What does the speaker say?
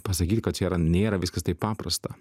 pasakyti kad čia yra nėra viskas taip paprasta